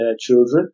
children